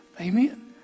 Amen